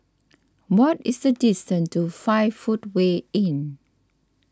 what is the distance to five Footway Inn